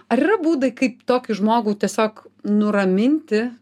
ar yra būdai kaip tokį žmogų tiesiog nuraminti